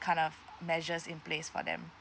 kind of measures in place for them